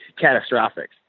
catastrophic